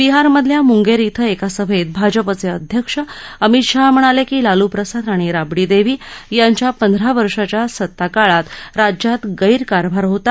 बिहारमधल्या मुंगेर शिं एका सभेत भाजपाचे अध्यक्ष अमित शहा म्हणाले की लालूप्रसाद आणि राबडीदेवी यांच्या पंधरा वर्षाच्या सत्ताकाळात राज्यात गृष्कारभार होता